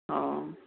ꯑꯣ